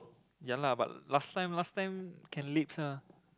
ya lah but last time last time can leaps ah